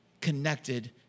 connected